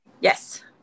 Yes